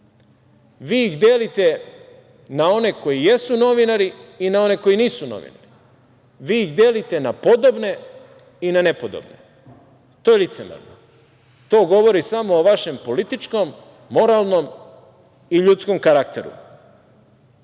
Vi ih delite na one koji jesu novinare i one koji nisu novinari. Vi ih delite na podobne i na nepodobne. To je licemerno. To govori samo o vašem političkom, moralnom i ljudskom karakteru. Dakle,